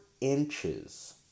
inches